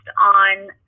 on